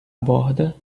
borda